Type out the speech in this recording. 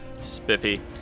Spiffy